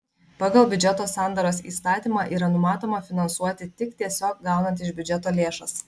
pagal biudžeto sandaros įstatymą yra numatoma finansuoti tik tiesiog gaunant iš biudžeto lėšas